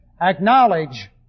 acknowledge